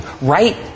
right